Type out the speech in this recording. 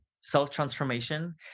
self-transformation